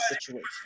situation